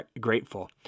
grateful